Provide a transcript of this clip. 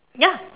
ya